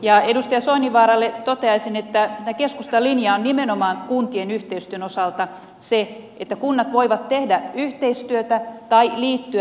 ja edustaja soininvaaralle toteaisin että tämä keskustan linja on nimenomaan kuntien yhteistyön osalta se että kunnat voivat tehdä yhteistyötä tai liittyä